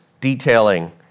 detailing